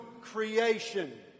creation